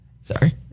sorry